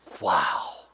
Wow